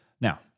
Now